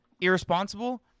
irresponsible